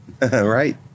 Right